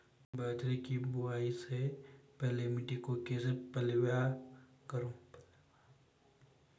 बाजरे की बुआई से पहले मिट्टी को कैसे पलेवा करूं?